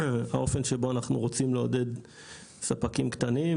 לאופן בו אנחנו רוצים לעודד ספקים קטנים,